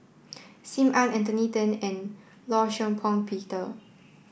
Sim Ann Anthony Then and Law Shau Pong Peter